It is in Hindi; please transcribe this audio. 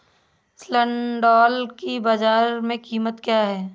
सिल्ड्राल की बाजार में कीमत क्या है?